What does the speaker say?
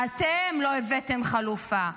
אתם לא הבאתם חלופה,